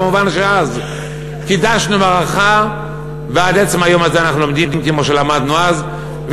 כמובן שאז קידשנו מערכה ועד עצם היום הזה אנחנו לומדים כמו שלמדנו אז,